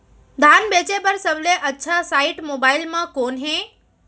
धान बेचे बर सबले अच्छा साइट मोबाइल म कोन हे?